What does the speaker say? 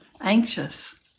anxious